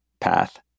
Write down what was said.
path